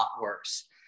worse